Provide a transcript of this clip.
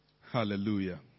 Hallelujah